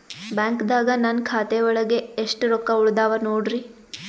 ಬ್ಯಾಂಕ್ದಾಗ ನನ್ ಖಾತೆ ಒಳಗೆ ಎಷ್ಟ್ ರೊಕ್ಕ ಉಳದಾವ ನೋಡ್ರಿ?